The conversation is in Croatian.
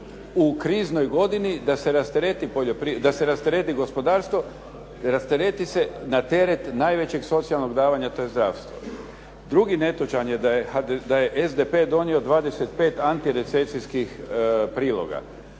u kriznoj godini da se rastereti gospodarstvo, rastereti se na teret najvećeg socijalnog davanja. To je zdravstvo. Drugi netočan je, da je SDP donio 25 antirecesijskih priloga.